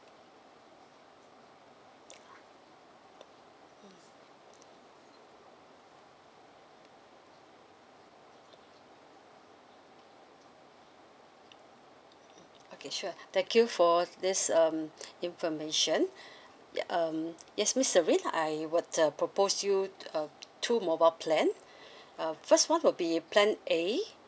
okay sure thank you for this um information um yes miss Celine I want uh propose you uh two mobile plan uh first one will be plan A